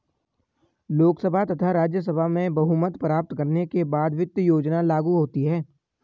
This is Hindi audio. लोकसभा तथा राज्यसभा में बहुमत प्राप्त करने के बाद वित्त योजना लागू होती है